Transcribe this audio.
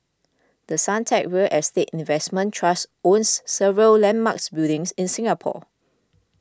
The Suntec real estate investment trust owns several landmarks buildings in Singapore